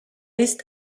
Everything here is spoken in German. ist